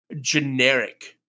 generic